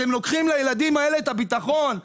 אתם לוקחים לילדים האלה את הביטחון,